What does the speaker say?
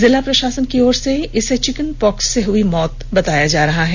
जिला प्रशासन की ओर से इसे चिकन पॉक्स से हई मौत बताया जा रहा है